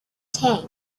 tank